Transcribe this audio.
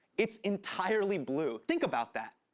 it's entirely blue. think about that.